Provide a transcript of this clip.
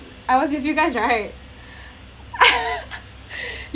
I was with you guys right